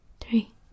three